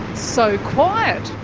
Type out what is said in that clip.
so quiet!